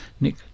Nick